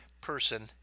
person